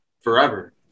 forever